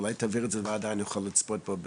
אולי תעביר את זה לוועדה ואני אוכל לצפות בה.